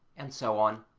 and so on.